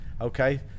okay